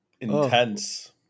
intense